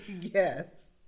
Yes